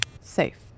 Safe